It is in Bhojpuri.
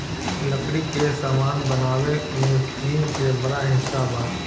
लकड़ी के सामान बनावे में चीन के बड़ हिस्सा बा